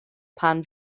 pan